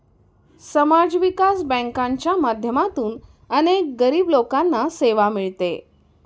समाज विकास बँकांच्या माध्यमातून अनेक गरीब लोकांना सेवा मिळते